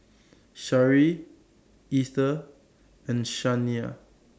Shari Ether and Shaniya